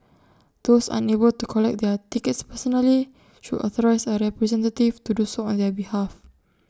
those unable to collect their tickets personally should authorise A representative to do so on their behalf